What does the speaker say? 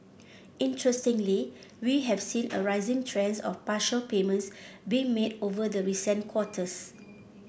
interestingly we have seen a rising trends of partial payments being made over the recent quarters